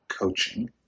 coaching